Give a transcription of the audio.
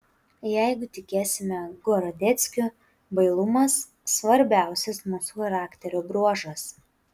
jeigu tikėsime gorodeckiu bailumas svarbiausias mūsų charakterio bruožas